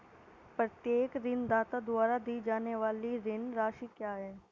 प्रत्येक ऋणदाता द्वारा दी जाने वाली ऋण राशि क्या है?